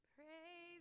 Praise